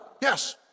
Yes